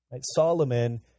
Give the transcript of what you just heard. Solomon